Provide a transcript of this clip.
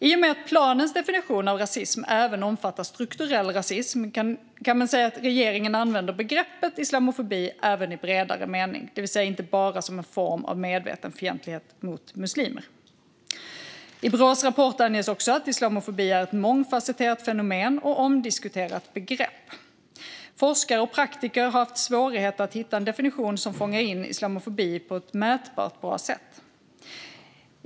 I och med att planens definition av rasism även omfattar strukturell rasism kan man säga att regeringen använder begreppet islamofobi även i bredare mening, det vill säga inte bara som en form av medveten fientlighet mot muslimer. I Brås rapport anges också att islamofobi är ett mångfasetterat fenomen och ett omdiskuterat begrepp. Forskare och praktiker har haft svårigheter att hitta en definition som fångar in islamofobi på ett mätbart och bra sätt.